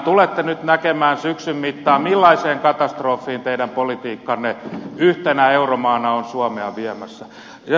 tulette nyt näkemään syksyn mittaan millaiseen katastrofiin teidän politiikkanne yhtenä euromaana on suomea viemässä